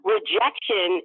Rejection